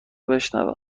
بشنوم